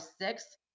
six